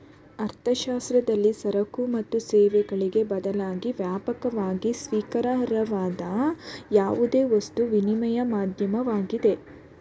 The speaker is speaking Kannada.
ಅರ್ಥಶಾಸ್ತ್ರದಲ್ಲಿ ಸರಕು ಮತ್ತು ಸೇವೆಗಳಿಗೆ ಬದಲಾಗಿ ವ್ಯಾಪಕವಾಗಿ ಸ್ವೀಕಾರಾರ್ಹವಾದ ಯಾವುದೇ ವಸ್ತು ವಿನಿಮಯ ಮಾಧ್ಯಮವಾಗಿದೆ